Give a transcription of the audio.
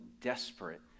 desperate